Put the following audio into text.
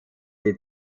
die